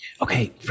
Okay